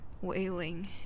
wailing